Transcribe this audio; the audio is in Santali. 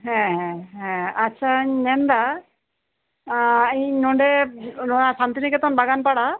ᱦᱮᱸ ᱦᱮᱸ ᱟᱪᱪᱷᱟᱧ ᱢᱮᱱᱫᱟ ᱤᱧ ᱱᱚᱰᱮ ᱥᱟᱱᱛᱤ ᱱᱤᱠᱮᱛᱚᱱ ᱵᱟᱜᱟᱱᱯᱟᱲᱟ